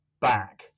back